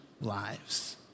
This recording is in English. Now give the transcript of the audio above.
lives